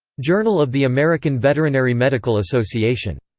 journal of the american veterinary medical association,